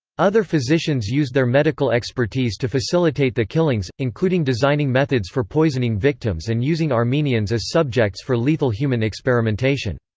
other physicians used their medical expertise to facilitate the killings, including designing methods for poisoning victims and using armenians as subjects for lethal human experimentation.